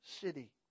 city